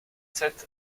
sept